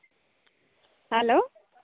hello